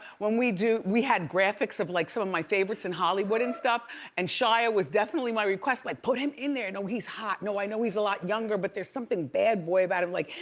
when we do, we had graphics of like some of my favorites in hollywood and stuff and shia was definitely my request. like put him in there. no, he's hot. no, i know he's a lot younger but there's something bad boy about him like,